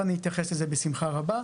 ואני אתייחס לזה בשמחה רבה.